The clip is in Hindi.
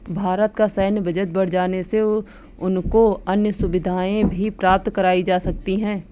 भारत का सैन्य बजट बढ़ जाने से उनको अन्य सुविधाएं भी प्राप्त कराई जा सकती हैं